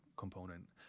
component